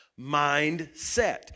mindset